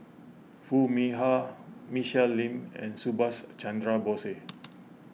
Foo Mee Har Michelle Lim and Subhas Chandra Bose